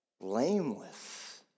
blameless